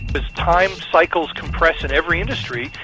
but as time cycles compress in every industry,